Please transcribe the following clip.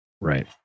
Right